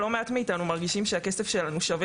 לא מעט מאיתנו מרגישים שהכסף שלנו שווה